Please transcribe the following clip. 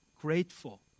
grateful